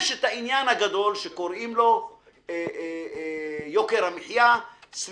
יש את העניין הגדול שקוראים לו יוקר המחיה /